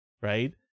right